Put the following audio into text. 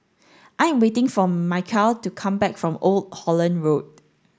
I am waiting for Michial to come back from Old Holland Road